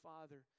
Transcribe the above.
Father